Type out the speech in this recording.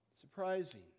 Surprising